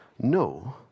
No